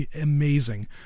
amazing